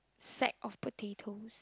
sack of potatoes